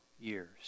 years